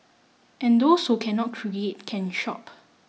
and those who cannot create can shop